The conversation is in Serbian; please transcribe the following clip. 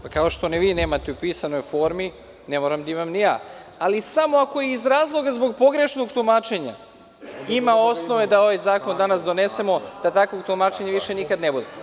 Pa, kao što ni vi nemate u pisanoj formi, ne moram da imam ni ja, ali samo ako iz razloga zbog pogrešnog tumačenja ima osnova da ovaj zakon danas donesemo, da takvog tumačenja više nikad ne bude.